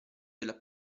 della